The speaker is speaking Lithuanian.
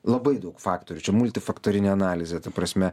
labai daug faktorių čia multifaktorinė analizė ta prasme